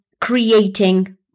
creating